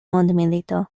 mondmilito